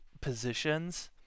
positions